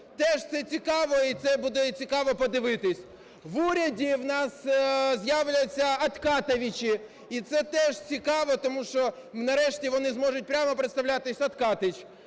теж це цікаво і це будо цікаво подивитись. В уряді в нас з'являться "откатовичі", і це теж цікаво, тому що, нарешті, вони зможуть прямо представлятись – "Откатович".